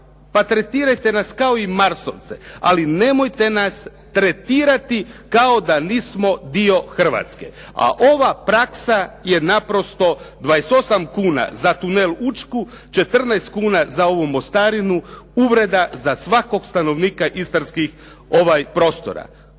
pa tretirajte nas kao i marsovce, ali nemojte nas tretirati kao da nismo dio Hrvatske. A ova praksa je naprosto 28 kn za tunel Učku, 14 kn za ovu mostarinu. Uvreda za svakog stanovnika istarskih prostora.